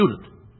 student